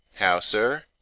how, sir,